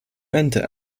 enter